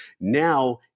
Now